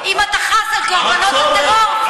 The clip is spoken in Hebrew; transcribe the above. ואם אתה חס על קורבנות הטרור,